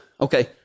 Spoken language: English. Okay